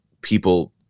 people